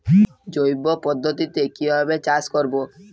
জৈব পদ্ধতিতে কিভাবে চাষ করব?